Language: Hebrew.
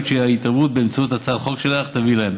שההתערבות באמצעות הצעת החוק שלך תביא להן.